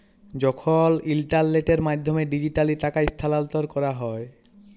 যখল ইলটারলেটের মাধ্যমে ডিজিটালি টাকা স্থালাল্তর ক্যরা হ্যয়